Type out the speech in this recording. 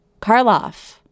Karloff